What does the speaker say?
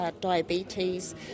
Diabetes